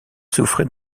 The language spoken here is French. souffrait